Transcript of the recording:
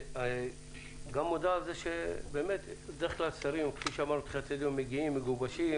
וגם מודה בדרך כלל שרים מגיעים מגובשים,